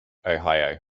ohio